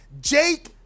Jake